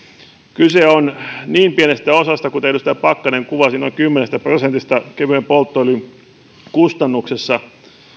kyse on niin pienestä osasta kuten edustaja pakkanen kuvasi noin kymmenestä prosentista kevyen polttoöljyn kustannuksessa